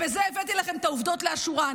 בזה הבאתי לכם את העובדות לאשורן.